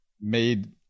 made